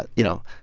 but you know,